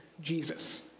Jesus